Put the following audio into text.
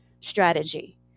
strategy